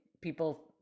people